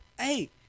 Hey